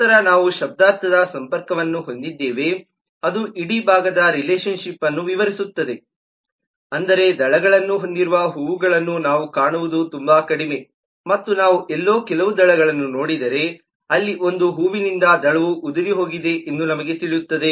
ನಂತರ ನಾವು ಶಬ್ದಾರ್ಥದ ಸಂಪರ್ಕವನ್ನು ಹೊಂದಿದ್ದೇವೆ ಅದು ಇಡೀ ಭಾಗದ ರಿಲೇಶನ್ ಶಿಪ್ಅನ್ನು ವಿವರಿಸುತ್ತದೆ ಅಂದರೆ ದಳಗಳನ್ನು ಹೊಂದಿರದ ಹೂವುಗಳನ್ನು ನಾವು ಕಾಣುವುದು ತುಂಬ ಕಡಿಮೆ ಮತ್ತು ನಾವು ಎಲ್ಲೋ ಕೆಲವು ದಳಗಳನ್ನು ನೋಡಿದರೆ ಅಲ್ಲಿ ಒಂದು ಹೂವಿನಿಂದ ದಳವು ಉದುರಿಹೋಗಿದೆ ಎಂದು ನಮಗೆ ತಿಳಿಯುತ್ತದೆ